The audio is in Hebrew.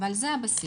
אבל זה הבסיס,